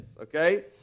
Okay